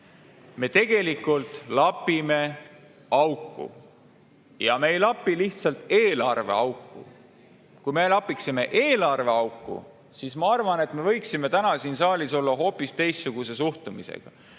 Me tegelikult lapime auku. Ja me ei lapi lihtsalt eelarveauku. Kui me lapiksime eelarveauku, siis ma arvan, et me võiksime täna siin saalis olla hoopis teistsuguse suhtumisega.